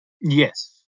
Yes